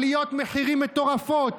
עליות מחירים מטורפות,